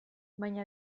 baina